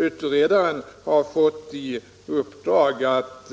Utredaren har fått i uppdrag att